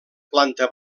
planta